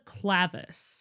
clavis